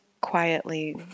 quietly